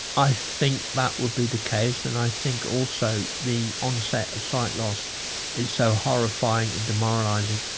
i think that would be the case and i think also the onset of sight loss is so horrifying and demoralising,